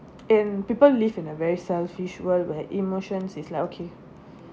and people live in a very selfish world where emotions is like okay